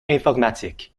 informatique